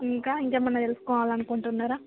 ఇంకా ఇంకా ఏమన్న తెలుసుకోవాలి అనుకుంటున్నారా